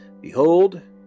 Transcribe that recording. Behold